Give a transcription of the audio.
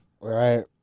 Right